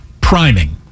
priming